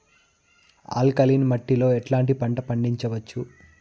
Alkaline మట్టి లో ఎట్లాంటి పంట పండించవచ్చు,?